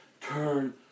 turn